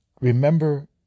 remember